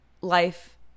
life